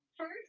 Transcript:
first